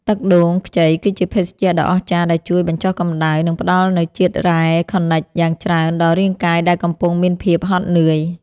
ទឹកដូងខ្ចីគឺជាភេសជ្ជៈដ៏អស្ចារ្យដែលជួយបញ្ចុះកម្តៅនិងផ្ដល់នូវជាតិរ៉ែខនិជយ៉ាងច្រើនដល់រាងកាយដែលកំពុងមានភាពហត់នឿយ។